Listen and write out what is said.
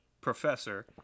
professor